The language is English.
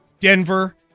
Denver